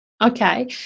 okay